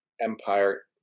empire